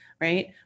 right